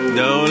no